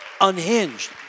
unhinged